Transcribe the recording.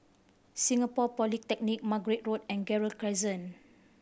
Singapore Polytechnic Margate Road and Gerald Crescent